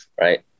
Right